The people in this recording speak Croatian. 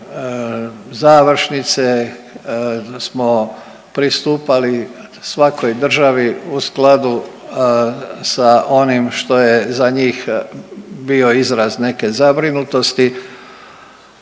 završnice smo pristupali svakoj državi u skladu sa onim što je za njih bio izraz neke zabrinutosti